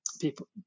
people